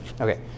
okay